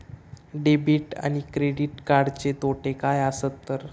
Debit आणि credit कार्डचे तोटे काय आसत तर?